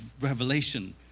revelation